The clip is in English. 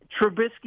Trubisky